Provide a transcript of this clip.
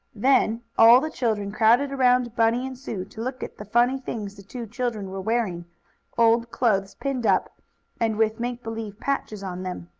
then all the children crowded around bunny and sue to look at the funny things the two children were wearing old clothes, pinned up and with make-believe patches on them.